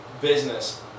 business